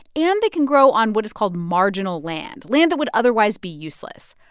and they can grow on what is called marginal land, land that would otherwise be useless.